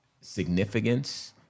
significance